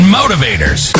motivators